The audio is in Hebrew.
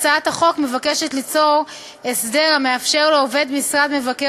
הצעת החוק מבקשת ליצור הסדר המאפשר לעובד משרד מבקר